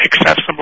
accessible